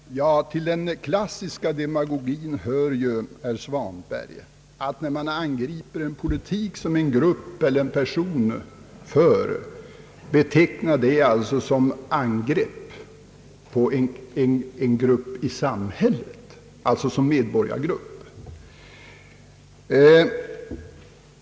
Herr talman! Till den klassiska demagogin hör ju, herr Svanström, att när någon angriper en politik, som en person eller en grupp för, så betecknas detta som ett angrepp mot en grupp i samhället, alltså en medborgargrupp.